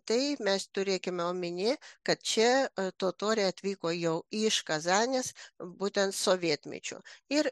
tai mes turėkime omenyje kad čia totoriai atvyko jau iš kazanės būtent sovietmečiu ir